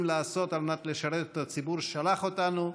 לעשות על מנת לשרת את הציבור ששלח אותנו.